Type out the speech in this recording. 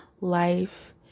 life